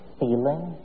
feeling